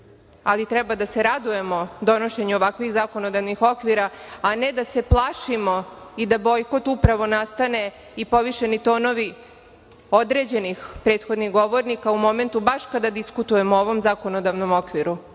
ali treba da se radujemo donošenju ovakvih zakonodavnih okvira, a ne da se plašimo i da bojkot upravo ne ostane i povišeni tonovi određenih prethodnih govornika u momentu baš kada diskutujemo u ovom zakonodavnom